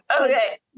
Okay